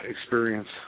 experience